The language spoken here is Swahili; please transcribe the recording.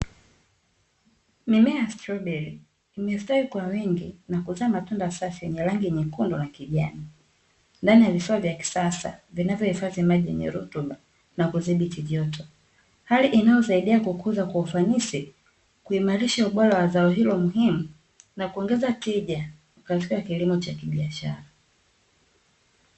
Mimea ya "strawberry" imestawi kwa wingi na kuzaa matunda safi yenye rangi nyekundu na kijani ndani ya vifaa vya kisasa, vinavyo hifadhi maji yenye rutuba na kudhibiti joto. Hali inayosaidia kukuza kwa ufanisi, kuimarisha ubora wa zao hilo muhimu na kuongeza tija katika kilimo cha kibiashara.